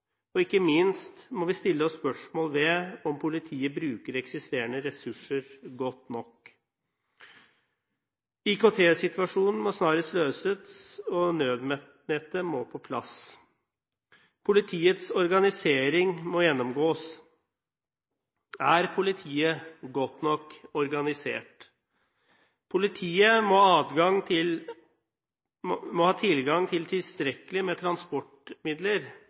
og ikke minst må vi stille spørsmål ved om politiet bruker eksisterende ressurser godt nok. IKT-situasjonen må snarest løses, og nødnettet må på plass. Politiets organisering må gjennomgås. Er politiet godt nok organisert? Politiet må ha tilgang til tilstrekkelig med transportmidler,